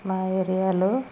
మా ఏరియాలో